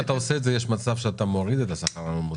אם אתה עושה את זה יש מצב שאתה מוריד את השכר הממוצע.